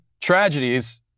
tragedies